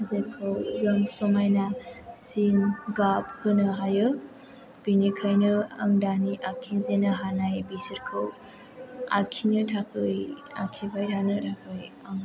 जोंखौ जों समायना सिन गाब होनो हायो बिनिखायनो आं दानि आखिजेननो हानाय बिसोरखौ आखिनो थाखाय आखिबाय थानो थाखाय आं